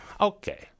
Okay